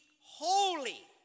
holy